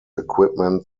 equipment